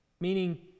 Meaning